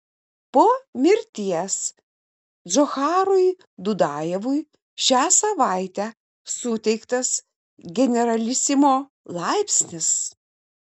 po mirties džocharui dudajevui šią savaitę suteiktas generalisimo laipsnis